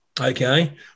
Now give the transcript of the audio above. Okay